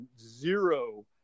zero